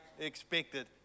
expected